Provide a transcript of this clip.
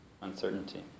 uncertainty